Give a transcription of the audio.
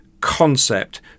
concept